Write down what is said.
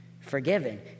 forgiven